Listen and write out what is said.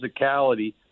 physicality